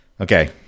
Okay